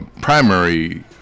primary